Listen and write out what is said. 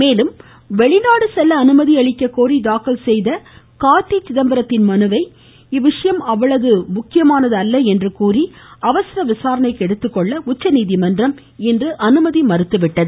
மேலும் வெளிநாடு செல்ல அனுமதி அளிக்ககோரி தாக்கல் செய்த கார்த்திக் சிதம்பரத்தின் மனுவையும் இவ்விஷயம் அவ்வளவு முக்கியமானது அல்ல என்று கூறி அவசர விசாரணைக்கு எடுத்துக்கொள்ள உச்சநீதிமன்றம் அனுமதி மறுத்துவிட்டது